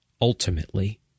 ultimately